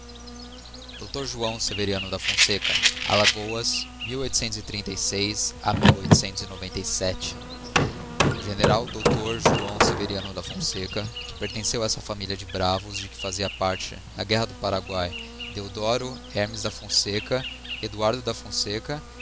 dr joão severiano da onseca lagoas ao general o general dr joão severiano da fonseca que pertenceu a essa família de bravos de que faziam parte na guerra do paraguay deodoro hermes da fonseca eduardo da fonseca